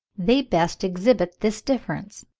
they best exhibit this difference.